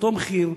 אותו מחיר,